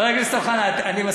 חבר הכנסת אוחנה, אני מסכים.